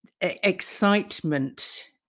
excitement